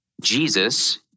Jesus